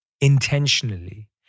intentionally